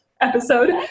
episode